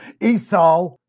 Esau